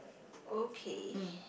okay